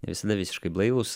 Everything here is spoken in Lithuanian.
ne visada visiškai blaivūs